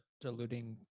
diluting